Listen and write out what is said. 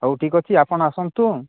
ହଉ ଠିକଅଛି ଆପଣ ଆସନ୍ତୁ